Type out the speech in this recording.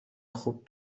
خوب